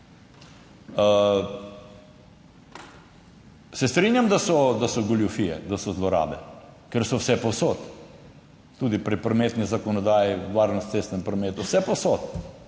da so, da so goljufije, da so zlorabe, ker so vsepovsod, tudi pri prometni zakonodaji varnost v cestnem prometu, vsepovsod,